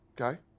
Okay